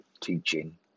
teaching